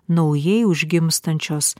naujai užgimstančios